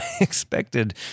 expected